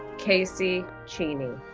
casey cheney.